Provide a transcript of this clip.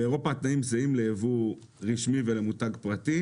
באירופה התנאים זהים ליבוא רשמי ולמותג פרטי.